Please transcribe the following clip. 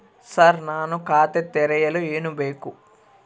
Sir ನಾನು ಖಾತೆ ತೆರೆಯಲು ಏನು ಬೇಕು?